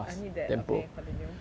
I need that okay continue